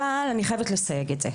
אבל אני חייבת לסייג את זה.